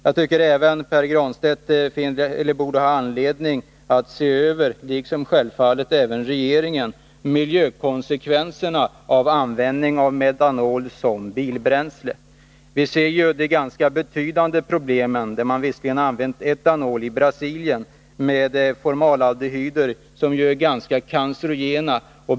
Jag tycker att Pär Granstedt, liksom självfallet också regeringen, borde ha anledning att se över miljökonsekvenserna av användning av metanol som bilbränsle. Vi kan se de ganska betydande problemen i Brasilien — där man visserligen har använt etanol — med formaldehyder, som är mycket cancerogena.